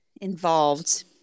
involved